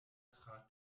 tra